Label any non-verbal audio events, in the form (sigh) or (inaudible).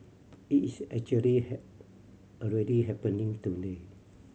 it is actually (unintelligible) already happening today